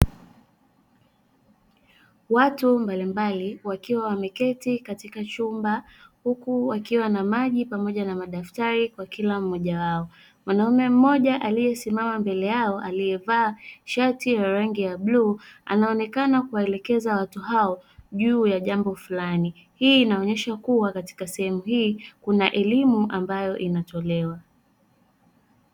Watu mbalimbali wakiwa wameketi katika chumba, huku wakiwa na maji pamoja na madaftari kwa kila mmojawao. Mwanaume mmoja aliyesimama mbele yao aliyevaa shati la bluu, anaonekana kuwaelekeza watu hao juu ya jambo fulani. Hii inaonyesha kuwa katika sehemu hii kuna elimu ambayo inatolewa.